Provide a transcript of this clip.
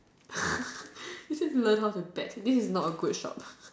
it says learn how to bet this is not a good shop